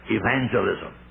evangelism